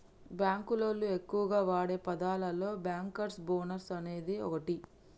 బాంకులోళ్లు ఎక్కువగా వాడే పదాలలో బ్యాంకర్స్ బోనస్ అనేది ఓటి